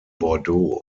bordeaux